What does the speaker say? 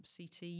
CT